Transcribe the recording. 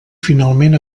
finalment